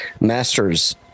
Masters